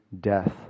death